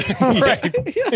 Right